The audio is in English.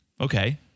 okay